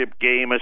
game